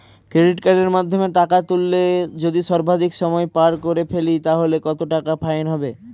Credit কার্ডের মাধ্যমে টাকা তুললে যদি সর্বাধিক সময় পার করে ফেলি তাহলে কত টাকা ফাইন হবে?